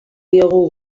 diogu